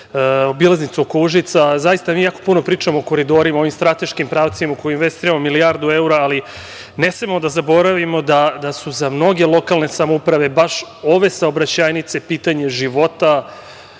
obilaznicu oko Užica. Zaista mi jako puno pričamo o koridorima u ovim strateškim pravcima u koje investiramo milijardu evra, ali ne smemo da zaboravimo da su za mnoge lokalne samouprave baš ove saobraćajnice pitanje života,